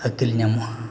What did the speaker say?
ᱟᱹᱠᱤᱞ ᱧᱟᱢᱚᱜᱼᱟ